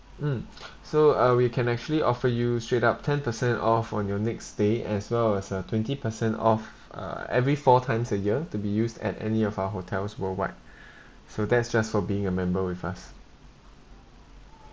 mm so uh we can actually offer you straight up ten percent off on your next stay as well as a twenty percent off uh every four times a year to be used at any of our hotels worldwide so that's just for being a member with us